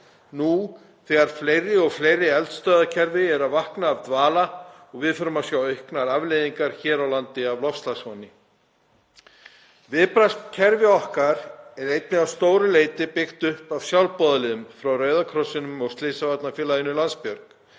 nú þegar fleiri og fleiri eldstöðvakerfi eru að vakna af dvala og við förum að sjá auknar afleiðingar hér á landi af loftslagsvánni. Viðbragðskerfi okkar eru einnig að miklu leyti byggð upp af sjálfboðaliðum frá Rauða krossinum og Slysavarnafélaginu Landsbjörg.